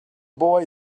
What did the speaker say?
boy